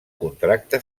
contracte